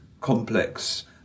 complex